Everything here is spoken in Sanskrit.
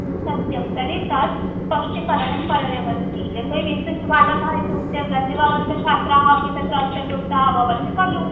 सत्यं तर्हि तत् स्पष्टीकरणं करणीयमस्ति यतोऽहि विशिष्टबालकाः इत्युक्ते प्रतिभावन्तः छात्राः अपि तत्र अन्तर्युक्ताः भवन्ति खलु